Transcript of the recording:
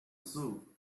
zoo